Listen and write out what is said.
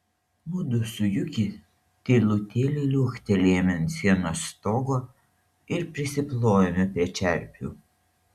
mudu su juki tylutėliai liuoktelėjome ant sienos stogo ir prisiplojome prie čerpių